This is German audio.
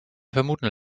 vermuten